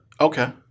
Okay